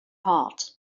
heart